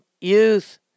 youth